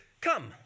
come